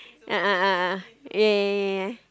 a'ah a'ah a'ah yeah yeah yeah yeah yeah